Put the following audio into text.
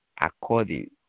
according